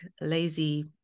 lazy